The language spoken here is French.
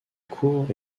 cour